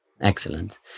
Excellent